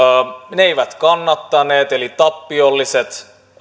ne eivät kannattaneet eli tappiolliset